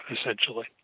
essentially